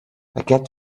aquest